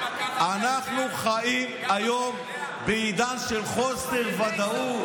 אנחנו חיים היום בעידן של חוסר ודאות.